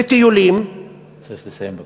לטיולים, אתה צריך לסיים.